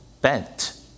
bent